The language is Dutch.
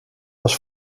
was